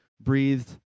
breathed